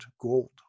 gold